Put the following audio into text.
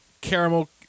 caramel